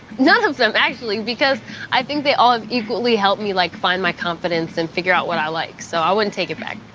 none of them, actually, because i think they all equally helped me like find my confidence and figure out what i like. so, i wouldn't take it back.